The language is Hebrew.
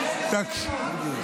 שמית.